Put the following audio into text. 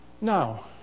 Now